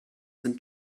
sind